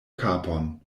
kapon